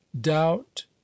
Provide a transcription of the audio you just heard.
doubt